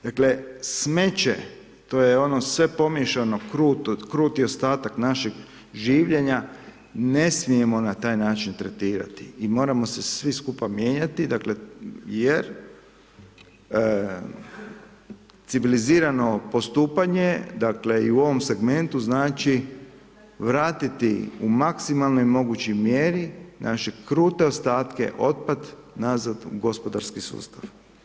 Dakle, smeće to je ono sve pomiješano, kruti ostatak našeg življenja, ne smijemo na taj način tretirati i moramo se svi skupa mijenjati dakle jer civilizirano postupanje dakle i u ovom segmentu znači vratiti u maksimalnoj mogućoj mjeri naše krute ostatke, otpad nazad u gospodarski sustav.